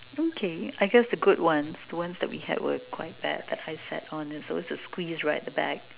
okay I guess the good ones the ones that we had were quite bad that I sat on always squeeze right at the back